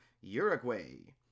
Uruguay